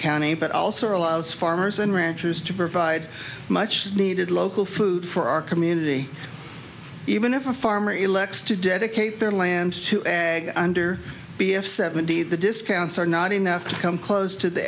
county but also allows farmers and ranchers to provide much needed local food for our community even if a farmer elects to dedicate their land to ag under b f seventy the discounts are not enough to come close to the